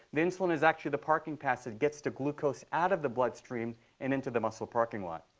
the insulin is actually the parking pass that gets the glucose out of the bloodstream and into the muscle parking lot.